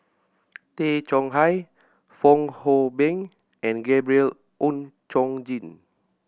Tay Chong Hai Fong Hoe Beng and Gabriel Oon Chong Jin